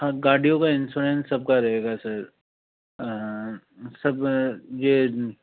हाँ गाड़ियों का इन्शौरेन्स सब का रहेगा सर सब ये